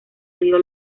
río